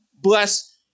bless